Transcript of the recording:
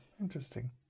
interesting